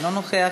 אינו נוכח,